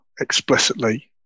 explicitly